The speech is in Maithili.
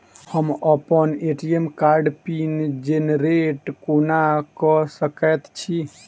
हम अप्पन ए.टी.एम कार्डक पिन जेनरेट कोना कऽ सकैत छी?